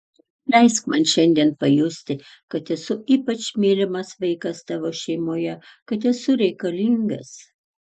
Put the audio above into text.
leisk man šiandien pajusti kad esu ypač mylimas vaikas tavo šeimoje kad esu reikalingas